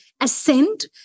ascend